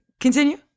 continue